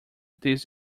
this